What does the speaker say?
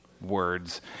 words